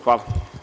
Hvala.